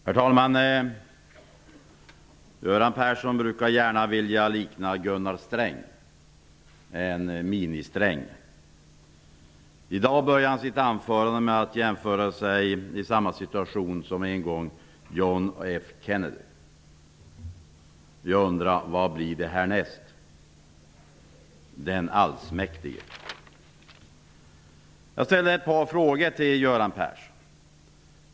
Herr talman! Göran Persson brukar gärna vilja likna Gunnar Sträng, en mini-Sträng. I dag började han sitt anförande med att jämföra sig och säga sig vara i samma situation som en gång John F. Kennedy. Jag undrar: Vad blir det härnäst? Den allsmäktige? Jag ställde ett par frågor till Göran Persson.